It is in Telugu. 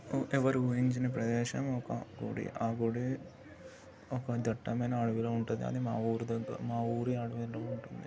ఎవరు ఊహించని ప్రదేశం ఒక గుడి ఆ గుడి ఒక దట్టమైన అడవిలో ఉంటుందని మా ఊరి దగ్గర మా ఊరి అడవిలో ఉంటుంది